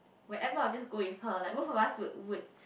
wherever I will just go with her like both of us would